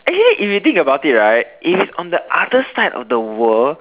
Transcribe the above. actually if you think about it right if it's on the other side of the world